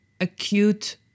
acute